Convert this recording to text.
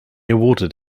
awarded